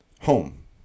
home